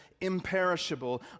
imperishable